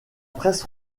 presse